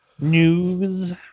news